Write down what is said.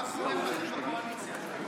מה כואב לכם בקואליציה?